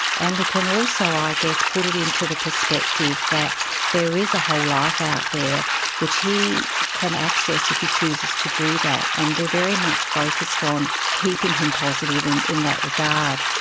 and we can also i guess put it into the perspective that there is a whole life out there which he can access if he chooses to do that, and we are very much focused on keeping him positive in in that regard.